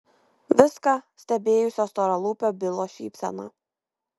viską stebėjusio storalūpio bilo šypsena